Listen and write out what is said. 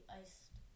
iced